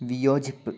വിയോജിപ്പ്